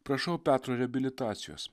prašau petro reabilitacijos